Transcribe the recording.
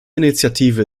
initiative